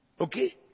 okay